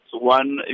One